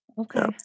Okay